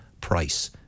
Price